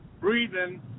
breathing